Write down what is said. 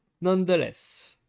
nonetheless